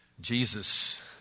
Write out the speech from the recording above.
Jesus